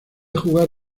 jugar